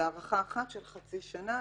זו הארכה אחת של חצי שנה,